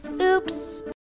Oops